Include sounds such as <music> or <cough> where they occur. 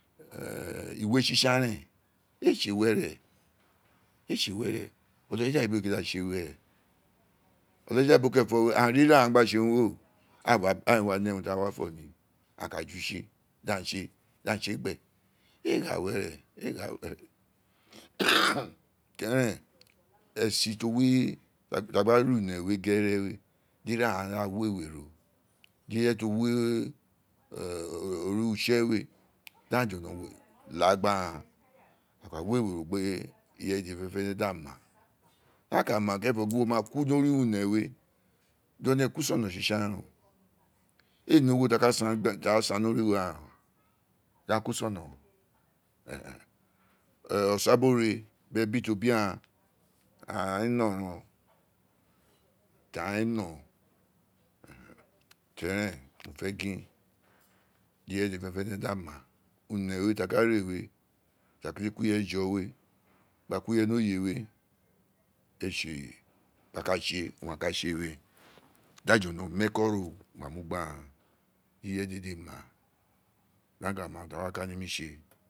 <hesitation> Iwe tsi tsan reen aa tsi were aa tsi were olaja oyibo ee gon di aa tse were olaja oyibo kerenfo aghaan ri ighaan gba tsi urun we aghaan ee wa ne uron tiom aghaan wa fii ni aghaan ka ju tsi di aa tse di aghaan tse gbe ee gha were ee gha were <noise> keren e si ti owi a gba rien urun we gere bin ighaan wa wewe ro gin ireye ti o wi <hesitation> utse we gin a jolo laa gbi aghaan a ma arewe lo gbi ireye dede fenefene <noise> di a ka ma kerenfo gin a ma ku ni origho uren we di one ku so no tsi tsan reen oo aa ne ogho ti a ka san gba ni origho aghaan di aghaan ku so no osa biri ore bi ebi ti o bi aghaan aghaan ee no reen ti aghan ee no tori eren aa fe gin di ireye fenefene di aghaan ma une we ti aghaan ka re we ti aghaan kete gbi ireye jo we gba mu ireye ni oye we ti o tse ti a ka tse we di a jole mi eko gbi aghaaa di ireye dede ma di aghaan gba ma urun ti aa wa ne mi tse.